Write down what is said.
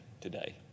today